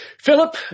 Philip